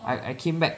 I I came back